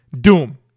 doom